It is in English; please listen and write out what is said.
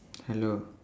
hello